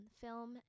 film